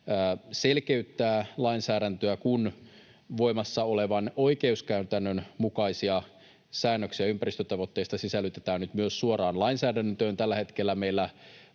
selkeyttää lainsäädäntöä, kun voimassa olevan oikeuskäytännön mukaisia säännöksiä ympäristötavoitteista sisällytetään nyt myös suoraan lainsäädäntöön. Tällä hetkellä meillä